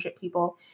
people